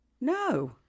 No